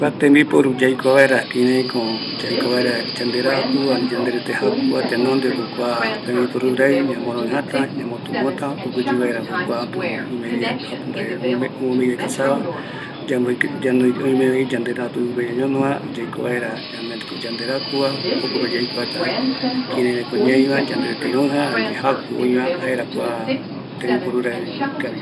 Kua tembiporu yaikua vaera, jaeko yaikua vaera yanderakuvako, tenoneko kua tembiporu ñamoroɨjata, ogueyi vaera jokua omombeuta yandeva, ñañono vaera yande rapɨguipe, yaikua vaera yanderakuva, jaera kua tembiporu raɨ